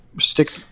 stick